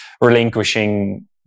relinquishing